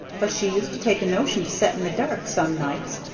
but she used to take a notion to set in the dark, some nights,